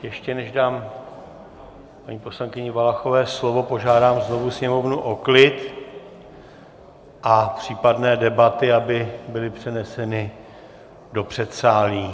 Ještě než dám paní poslankyni Valachové slovo, požádám znovu sněmovnu o klid a případné debaty aby byly přeneseny do předsálí.